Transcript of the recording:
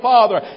Father